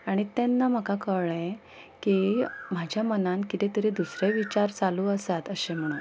आनी तेन्ना म्हाका कळ्ळें की म्हाज्या मनान कितें तरी दुसरें विचार चालू आसात अशें म्हणोन